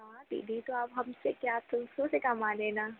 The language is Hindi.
क्या दीदी तो आप हमसे क्या दूसरों से कमा लेना